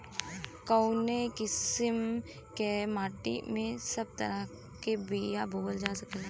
कवने किसीम के माटी में सब तरह के बिया बोवल जा सकेला?